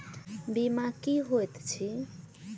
बीमा की होइत छी?